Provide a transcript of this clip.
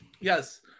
Yes